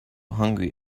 hungry